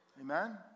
Amen